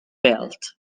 belt